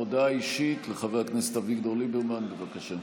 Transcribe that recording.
הודעה אישית של חבר הכנסת אביגדור ליברמן, בבקשה.